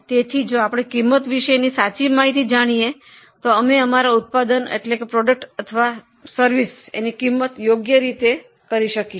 તેથી જો આપણે ખર્ચ વિશેની સાચી માહિતી જાણીએ તો અમે ઉત્પાદન અથવા સેવાની કિંમત યોગ્ય રીતે કરીશું